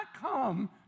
come